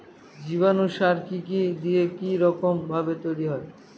জীবাণু সার কি কি দিয়ে কি রকম ভাবে তৈরি হয়?